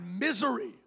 misery